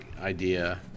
idea